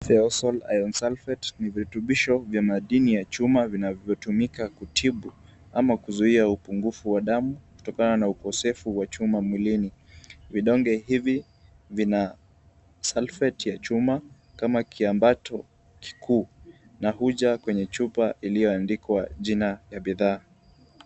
Feosol iron sulfate ni virutubisho vya madini ya chuma vinavyotumika kutibu ama kuzuia upungufu wa damu kutokana na ukosefu wa chuma mwilini. Vidonge hivi vina sulfate ya chuma kama kiambato kikuu na huja kwenye chupa iliyoandikwa jina ya bidhaa.